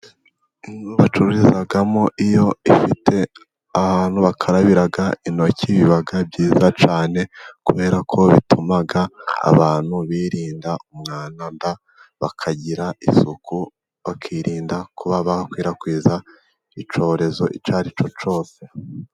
Bacururizamo iyo ifite ahantu bakarabira intoki biba byiza cyane kubera ko bituma abantu birinda umwanda, bakagira isuku bakirinda kuba bakwirakwiza icyorezo icyo ari cyo cyose.